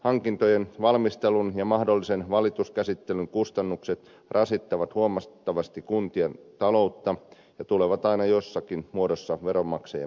hankintojen valmistelun ja mahdollisen valituskäsittelyn kustannukset rasittavat huomattavasti kuntien taloutta ja tulevat aina jossakin muodossa veronmaksajien maksettaviksi